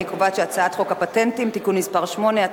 אני קובעת שחוק הפטנטים (תיקון מס' 8),